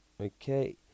Okay